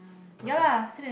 I cop~